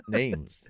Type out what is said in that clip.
names